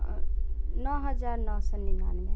नओ हजार नओ सए निनानबे